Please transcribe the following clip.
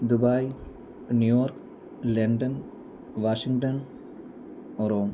Dubai New York London Washington ഒറോം